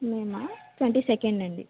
మేమా twenty second అండి